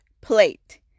plate